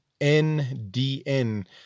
N-D-N